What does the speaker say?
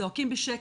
זועקים בשקט,